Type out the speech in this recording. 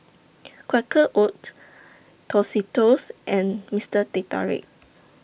Quaker Oats Tostitos and Mister Teh Tarik